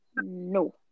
No